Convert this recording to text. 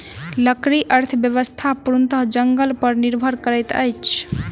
लकड़ी अर्थव्यवस्था पूर्णतः जंगल पर निर्भर करैत अछि